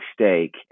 stake